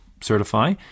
certify